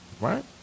right